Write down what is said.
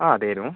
അ അതെയായിരുന്നു